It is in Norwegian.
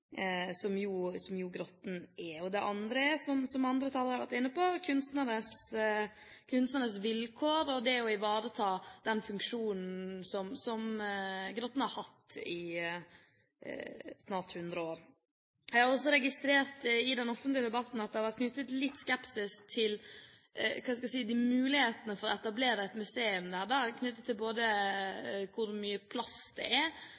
som jo Grotten er. Det andre er, som andre talere har vært inne på, kunstnernes vilkår og det å ivareta den funksjonen som Grotten har hatt i snart 100 år. Jeg har også registrert i den offentlige debatten at det har vært litt skepsis til mulighetene for å etablere et museum der knyttet til hvor mye plass det er,